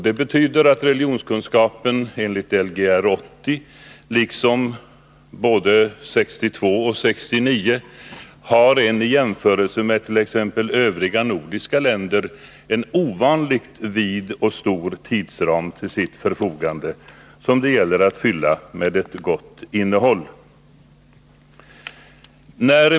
Det betyder att religionskunskapen enligt Lgr 80, liksom enligt Lgr 62 och 69, har en i jämförelse med övriga nordiska länder ovanligt vid tidsram till sitt förfogande, som det gäller att fylla med ett gott innehåll.